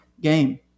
game